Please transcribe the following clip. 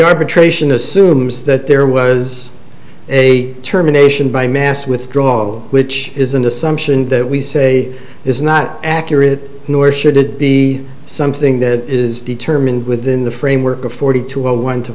arbitration assumes that there was a determination by mass withdrawal which is an assumption that we say is not accurate nor should it be something that is determined within the framework of forty two one to